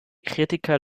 kritiker